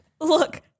Look